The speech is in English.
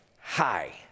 hi